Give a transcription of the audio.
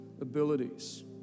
abilities